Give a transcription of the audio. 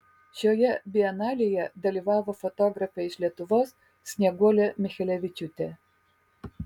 šioje bienalėje dalyvavo fotografė iš lietuvos snieguolė michelevičiūtė